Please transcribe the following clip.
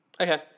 Okay